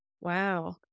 Wow